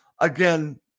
again